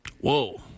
Whoa